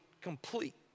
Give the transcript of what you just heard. complete